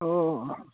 ओ